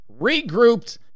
regrouped